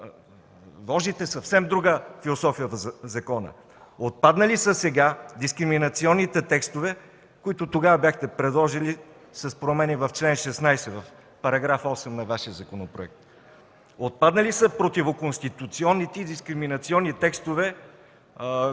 вложите съвсем друга философия на закона. Сега са отпаднали дискриминационните текстове, които тогава бяхте предложили с промени в чл. 16 на § 8 на Вашия законопроект. Отпаднали са противоконституционните и дискриминационни текстове,